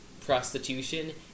prostitution